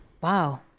Wow